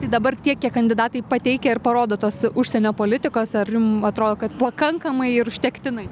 tai dabar tiek kiek kandidatai pateikia ir parodo tos užsienio politikos ar jum atrodo kad pakankamai ir užtektinai